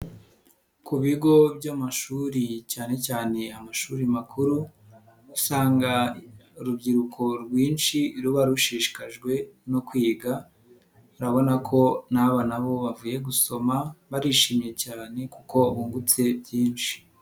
Ku bigo by'amashuri cyane cyane amashuri makuru usanga urubyiruko rwinshi ruba rushishikajwe no kwiga, urabona ko n'aba nabo bavuye gusoma barishimye cyane kuko bungutse byinshi.